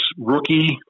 rookie